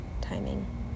timing